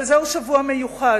אבל זהו שבוע מיוחד,